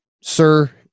sir